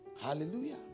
Hallelujah